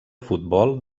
futbol